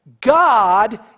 God